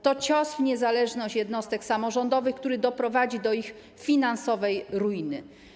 To cios w niezależność jednostek samorządowych, który doprowadzi do ich finansowej ruiny.